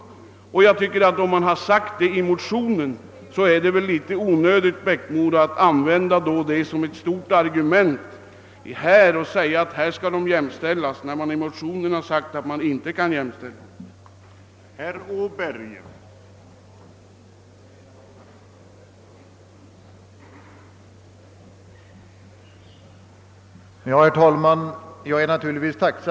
Jag tycker att, om man har sagt så i motionen, så är det väl, herr Eriksson i Bäckmora, litet onödigt att använda det som ett viktigt argument för att dessa grupper skall jämställas, när man i motionen har sagt att det inte utan vidare kan tillämpas samma bestämmelser.